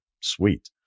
Sweet